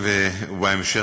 הם משולבים בכיתה,